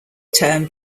term